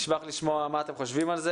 נשמח לשמוע את אנשי האוצר